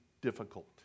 difficult